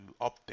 update